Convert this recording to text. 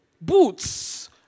boots